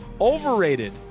Overrated